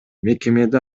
мекемеде